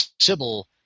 Sybil